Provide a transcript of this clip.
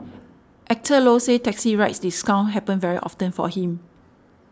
Actor Low says taxi ride discounts happen very often for him